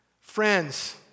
Friends